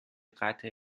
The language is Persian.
قطع